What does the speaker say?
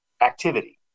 activity